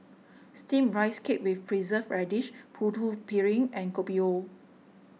Steamed Rice Cake with Preserved Radish Putu Piring and Kopi O